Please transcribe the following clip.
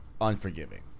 Unforgiving